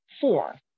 four